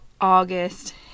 august